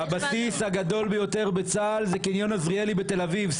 הבסיס הכי גדול בצה"ל זה קניון עזריאלי בתל אביב.